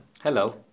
Hello